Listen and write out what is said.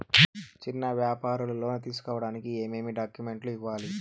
చిన్న వ్యాపారులు లోను తీసుకోడానికి ఏమేమి డాక్యుమెంట్లు ఇవ్వాలి?